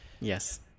Yes